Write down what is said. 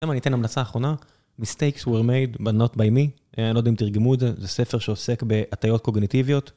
אני אתן המלצה האחרונה, mistakes were made, but not by me. אני לא יודע אם תרגמו את זה, זה ספר שעוסק בהטיות קוגניטיביות